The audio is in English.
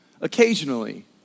occasionally